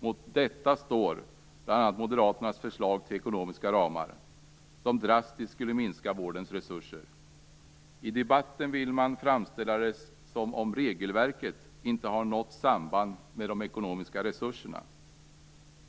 Mot detta står bl.a. Moderaternas förslag till ekonomiska ramar, som drastiskt skulle minska vårdens resurser. I debatten vill man framställa det som att regelverket inte har något samband med de ekonomiska resurserna.